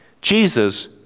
Jesus